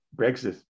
Brexit